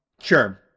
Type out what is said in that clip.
Sure